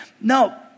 No